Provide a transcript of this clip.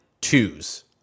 twos